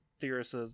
theorists